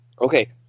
okay